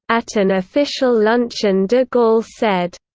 at an official luncheon de gaulle said,